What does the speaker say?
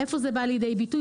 איפה זה בא לידי ביטוי?